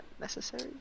necessary